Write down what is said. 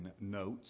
notes